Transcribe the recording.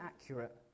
accurate